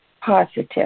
positive